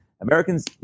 Americans